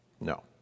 No